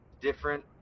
different